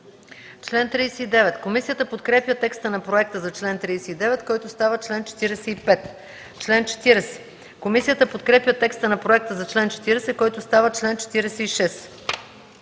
МАНОЛОВА: Комисията подкрепя текста на проекта за чл. 39, който става чл. 45. Комисията подкрепя текста на проекта за чл. 40, който става чл. 46.